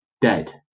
dead